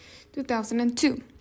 2002